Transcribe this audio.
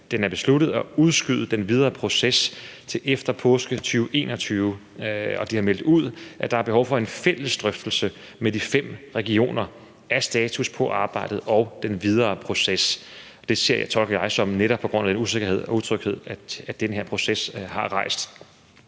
den har besluttet at udskyde den videre proces til efter påske 2021, og at de har meldt ud, at der er behov for en fælles drøftelse med de fem regioner af status på arbejdet og den videre proces. Det tolker jeg som, at det netop er på grund af den usikkerhed og utryghed, den her proces har rejst.